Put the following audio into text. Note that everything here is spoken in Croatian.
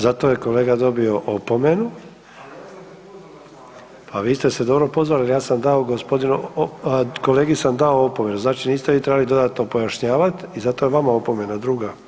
Zato je kolega dobio opomenu, pa vi ste se dobro pozvali jer ja sam dao gospodinu, kolegi sam dao opomenu znači niste vi trebali dodatno pojašnjavati i zato je vama opomena druga.